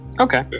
Okay